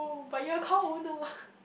but your cow won't know